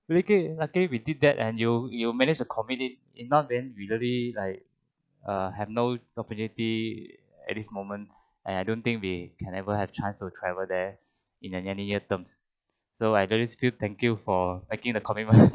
but luckily we did that and you you manage to commit it if not then usually like err have no opportunity at this moment and I don't think they can ever have chance to travel there in an yearly terms so I really feel thank you for making the commitment